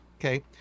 Okay